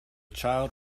child